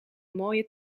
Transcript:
mooie